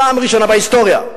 פעם ראשונה בהיסטוריה.